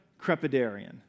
crepidarian